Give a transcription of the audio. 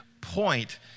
point